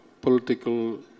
political